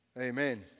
amen